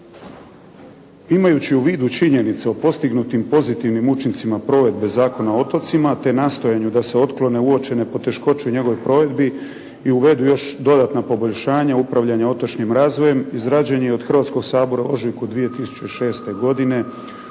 Imajući u vidu činjenicu o postignutim pozitivnim učincima provedbe Zakona o otocima te nastojanju da se otklone uočene poteškoće u njegovoj provedbi i uvedu još dodatna poboljšanja upravljanja otočnim razvojem, izrađen je i od Hrvatskog sabora u ožujku 2006. godine